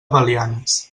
belianes